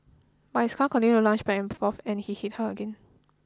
but his car continued to lunge back and forth and he hit her again